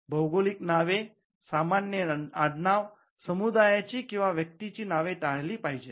भौगोलिक नावे सामान्य आडनाव समुदायाची किंवा व्यक्तींची नावे टाळली पाहिजेत